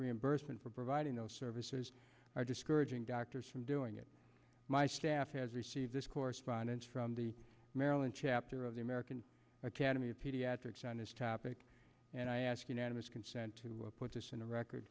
reimbursement for providing those services are discouraging doctors from doing it my staff has received this correspondence from the maryland chapter of the american academy of pediatrics on this topic and i ask unanimous consent to put this in the record